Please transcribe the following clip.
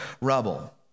rubble